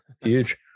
huge